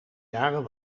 jaren